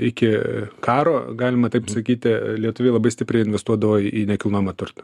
iki karo galima taip sakyti lietuviai labai stipriai investuodavo į nekilnojamą turtą